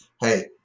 Hey